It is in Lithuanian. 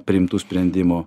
priimtų sprendimų